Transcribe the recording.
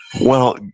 well,